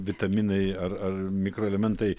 vitaminai ar ar mikroelementai